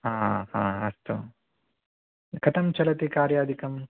हा हा अस्तु कथं चलति कार्यादिकं